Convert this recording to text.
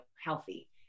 healthy